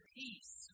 peace